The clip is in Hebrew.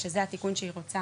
שזה התיקון שהיא רוצה